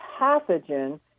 pathogen